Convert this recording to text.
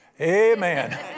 Amen